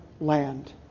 land